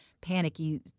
panicky